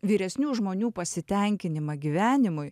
vyresnių žmonių pasitenkinimą gyvenimui